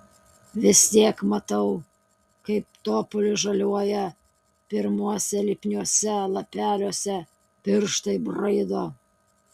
vis tiek matau kaip topolis žaliuoja pirmuose lipniuose lapeliuose pirštai braido